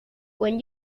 when